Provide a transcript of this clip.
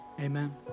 Amen